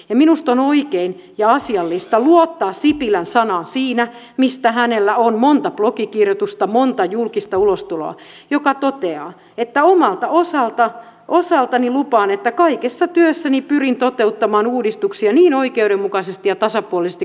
minusta on oikein ja asiallista luottaa sipilän sanaan siinä mistä hänellä on monta blogikirjoitusta monta julkista ulostuloa joissa todetaan että omalta osaltani lupaan että kaikessa työssäni pyrin toteuttamaan uudistuksia niin oikeudenmukaisesti ja tasapuolisesti kuin mahdollista